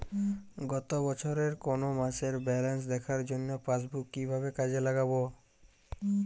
গত বছরের কোনো মাসের ব্যালেন্স দেখার জন্য পাসবুক কীভাবে কাজে লাগাব?